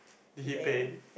did he pay